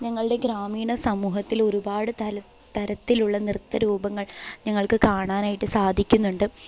ഞങ്ങളുടെ ഗ്രാമീണ സമൂഹത്തിൽ ഒരുപാട് തല തരത്തിലുള്ള നൃത്ത രൂപങ്ങൾ ഞങ്ങൾക്ക് കാണാനായിട്ട് സാധിക്കുന്നുണ്ട്